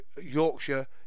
Yorkshire